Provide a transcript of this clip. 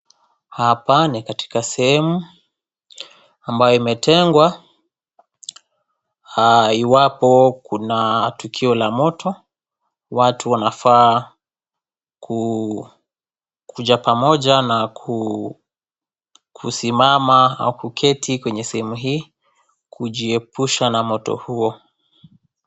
Hapa ni katika sehemu, ambayo imetengwa iwapo kuna tukio la moto, watu wanafaa kuja pamoja na kusimama au kuketi kwenye sehemu hii, kujiepusha na moto huo.